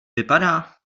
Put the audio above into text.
vypadá